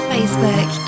Facebook